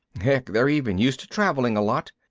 heck, they're even used to traveling a lot.